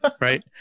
Right